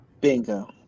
bingo